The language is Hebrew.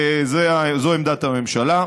וזו עמדת הממשלה.